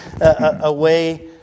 away